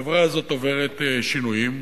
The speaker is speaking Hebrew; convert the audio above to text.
החברה הזאת עוברת שינויים,